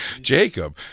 Jacob